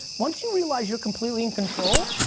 once you realize you're completely in control,